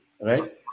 Right